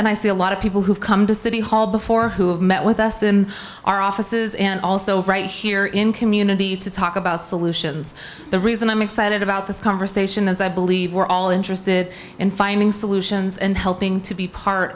and i see a lot of people who've come to city hall before who have met with us in our offices and also right here in community to talk about solutions the reason i'm excited about this conversation is i believe we're all interested in finding solutions and helping to be part